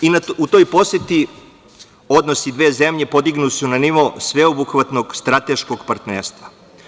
U toj poseti odnosi dve zemlje podigli su na nivo sveobuhvatnog strateškog partnerstva.